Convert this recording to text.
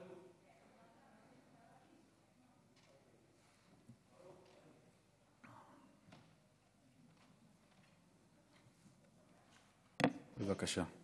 בבקשה.